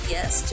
Yes